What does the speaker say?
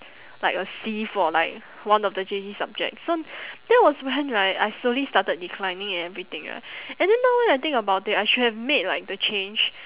like a C for like one of the J_C subjects so that was when right I slowly started declining and everything ah and then now when I think about it I should have made like the change